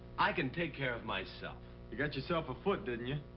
i can take care of myself. you got yourself a foot, didn't you?